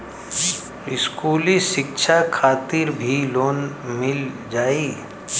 इस्कुली शिक्षा खातिर भी लोन मिल जाई?